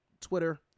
Twitter